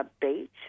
beach